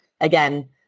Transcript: Again